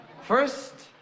First